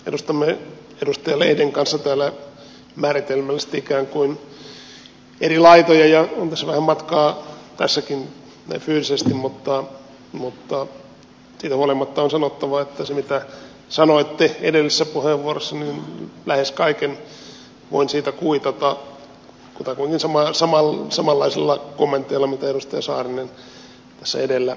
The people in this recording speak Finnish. edustamme edustaja lehden kanssa täällä määritelmällisesti ikään kuin eri laitoja ja on tässä vähän matkaa fyysisestikin mutta siitä huolimatta on sanottava että siitä mitä sanoitte edellisessä puheenvuorossanne lähes kaiken voin kuitata kutakuinkin samanlaisilla kommenteilla mitä edustaja saarinen tässä edellä esitti